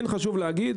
כן חשוב להגיד